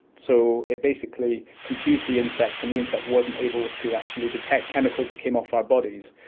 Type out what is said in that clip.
so it basically confused the insect and the insect wasn't able to actually detect chemicals that came off our bodies.